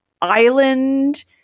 island